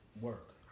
work